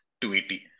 280